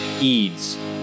Eads